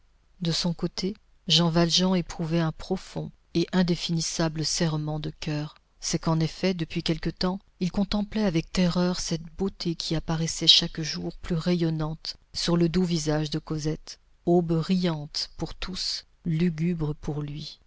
de son côté jean valjean éprouvait un profond et indéfinissable serrement de coeur c'est qu'en effet depuis quelque temps il contemplait avec terreur cette beauté qui apparaissait chaque jour plus rayonnante sur le doux visage de cosette aube riante pour tous lugubre pour lui